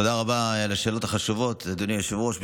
תודה רבה על השאלות החשובות, אדוני היושב-ראש.